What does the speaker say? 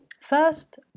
First